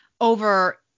over